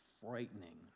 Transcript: frightening